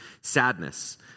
sadness